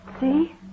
See